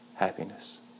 happiness